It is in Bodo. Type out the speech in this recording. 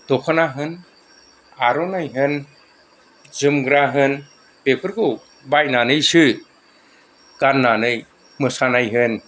दख'ना होन आर'नाइ होन जोमग्रा होन बेफोरखौ बायनानैसो गाननानै मोसानाय होन